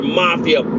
mafia